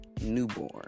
newborn